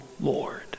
Lord